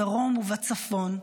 בדרום ובצפון,